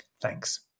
Thanks